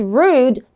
rude